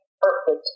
Perfect